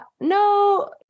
no